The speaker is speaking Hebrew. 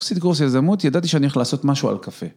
עשיתי קורס יזמות, ידעתי שאני הולך לעשות משהו על קפה.